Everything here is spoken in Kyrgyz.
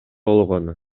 болгону